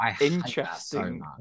interesting